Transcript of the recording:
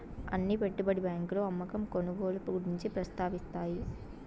అన్ని పెట్టుబడి బ్యాంకులు అమ్మకం కొనుగోలు గురించి ప్రస్తావిస్తాయి